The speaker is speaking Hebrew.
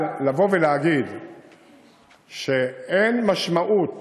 אבל לבוא ולהגיד שאין משמעות